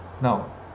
Now